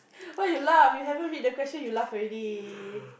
why you laugh you haven't read the question you laugh already